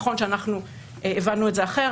זה נכון שאנחנו הבנו את זה אחרת,